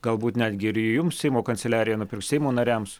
galbūt netgi ir jums seimo kanceliarija nupirks seimo nariams